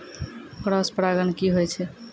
Cross परागण की होय छै?